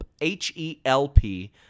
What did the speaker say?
H-E-L-P